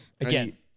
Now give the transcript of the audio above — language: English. Again